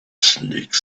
snake